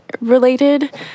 related